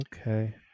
Okay